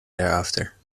thereafter